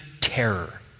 terror